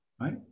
right